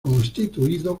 constituido